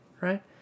right